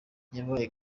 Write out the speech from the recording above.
yabaye